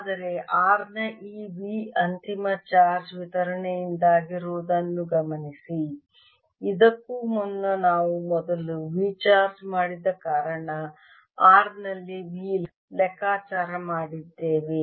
ಆದರೆ r ನ ಈ V ಅಂತಿಮ ಚಾರ್ಜ್ ವಿತರಣೆಯಿಂದಾಗಿರುವುದನ್ನು ಗಮನಿಸಿ ಇದಕ್ಕೂ ಮುನ್ನ ನಾವು ಮೊದಲು V ಚಾರ್ಜ್ ಮಾಡಿದ ಕಾರಣ r ನಲ್ಲಿ V ಲೆಕ್ಕಾಚಾರ ಮಾಡಿದ್ದೇವೆ